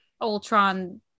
Ultron